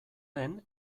den